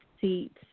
seats